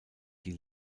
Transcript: die